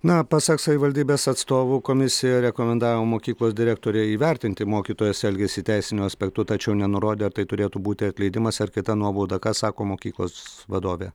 na pasak savivaldybės atstovų komisija rekomendavo mokyklos direktorei įvertinti mokytojos elgesį teisiniu aspektu tačiau nenurodė ar tai turėtų būti atleidimas ar kita nuobauda ką sako mokyklos vadovė